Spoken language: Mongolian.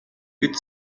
бид